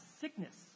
sickness